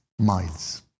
miles